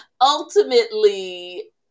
ultimately